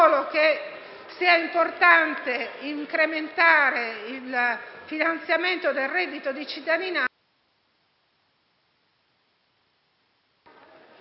sia importante incrementare il finanziamento del reddito di cittadinanza